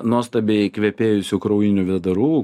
nuostabiai kvepėjusių kraujinių vėdarų